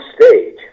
stage